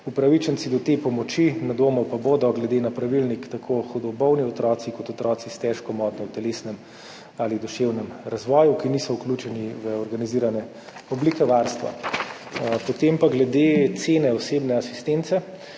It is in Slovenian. Upravičenci do te pomoči na domu pa bodo glede na pravilnik tako hudo bolni otroci kot otroci s težko motnjo v telesnem ali duševnem razvoju, ki niso vključeni v organizirane oblike varstva. Potem pa glede cene osebne asistence.